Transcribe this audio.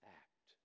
act